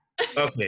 Okay